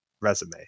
resume